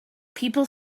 people